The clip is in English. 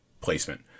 placement